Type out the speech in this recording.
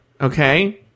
Okay